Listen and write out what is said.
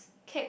cake